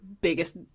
biggest